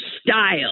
style